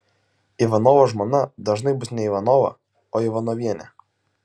ivanovo žmona dažnai bus ne ivanova o ivanovienė